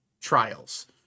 trials